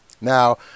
Now